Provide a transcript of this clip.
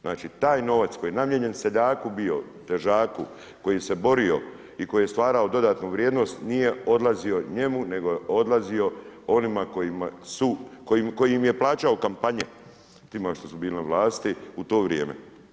Znači taj novac koji je namijenjen seljaku bio, težaku koji se borio i koji je stvarao dodatnu vrijednost nije odlazio njemu, nego je odlazio onima koji su, koji im je plaćao kampanje, tima što su bili na vlasti u to vrijeme.